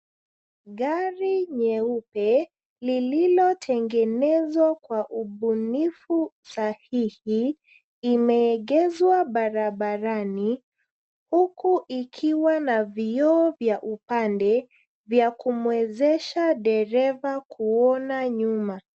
Gari nyeupe lililotegenezwa kwa ubunifu sahihi limeegeshwa barabarani huku ikiwa na vioo vya upande vya kumuwezesha dereva kuona nyuma.